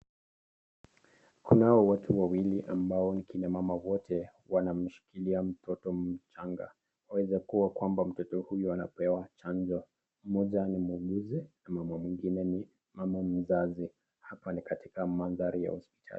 Kunao watu wawili ambao kina mama wote wanamshikilia mtoto mchanga, waqeza kua kwamba mtoto huyu anapewa chanjo. Moja nj muuguzi na mama mwengine ni mama mzazi, hapa ni maandhari ya hospitali.